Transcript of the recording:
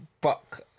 buck